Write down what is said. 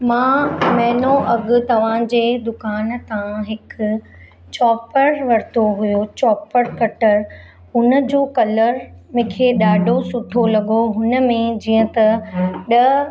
मां महिनो अॻु तव्हांजे दुकान तां हिकु चॉपर वरितो हुयो चॉपर कटर हुन जो कलर मूंखे ॾाढो सुठो लॻो हुन में जीअं त ॾह